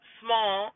small